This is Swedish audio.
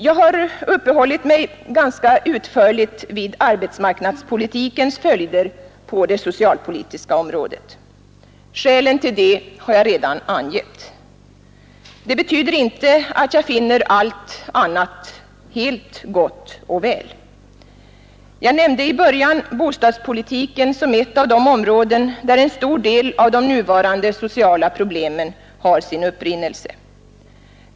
Jag har uppehållit mig ganska utförligt vid arbetsmarknadspolitikens följder på det socialpolitiska området. Skälen till det har jag redan angett. Det betyder inte att jag finner allt annat gott och väl. Jag nämnde i början bostadspolitiken som ett av de områden där en stor del av de nuvarande sociala problemen har sin upprinnelse.